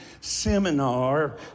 seminar